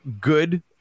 good